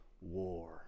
war